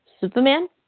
Superman